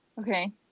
Okay